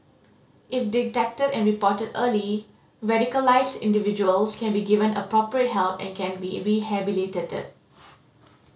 if detected and reported early radicalised individuals can be given appropriate help and can be rehabilitated